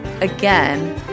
again